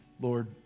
Lord